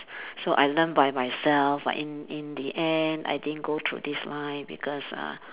so I learn by myself but in in the end I didn't go through this line because uh